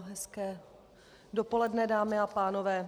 Hezké dopoledne, dámy a pánové.